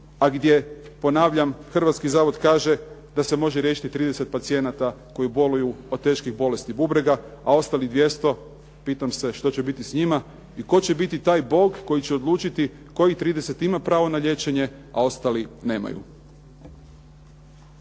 a gdje ponavljam Hrvatski zavod kaže da se može riješiti 30 pacijenata koji boluju od teških bolesti bubrega, a ostalih 200, pitam se što će biti s njima. I tko će biti taj Bog koji će odlučiti koji 30 ima pravo na liječenje, a ostali nemaju.